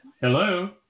Hello